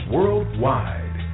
Worldwide